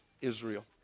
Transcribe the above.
Israel